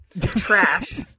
Trash